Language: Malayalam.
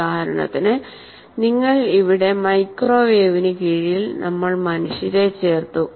ഉദാഹരണത്തിന് നിങ്ങൾ ഇവിടെ മൈക്രോവേവിന് കീഴിൽ നമ്മൾ മനുഷ്യരെ ചേർത്തു